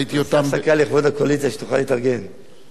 תודה רבה לך, אדוני היושב-ראש.